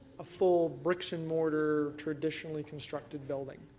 a full bricks and mortar traditionally constructed building?